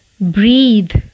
Breathe